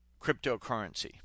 cryptocurrency